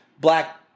black